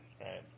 right